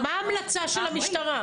מה ההמלצה של המשטרה?